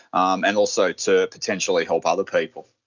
um and also to potentially help other people.